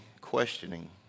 questioning